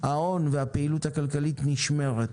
ההון והפעילות הכלכלית נשמרים.